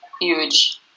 huge